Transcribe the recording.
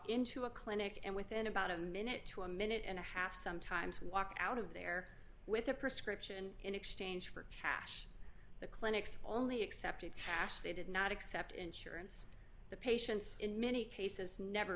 into a clinic and within about a minute to a minute and a half sometimes walk out of there with a prescription in exchange for cash the clinics only accepted they did not accept insurance the patients in many cases never